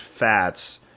fats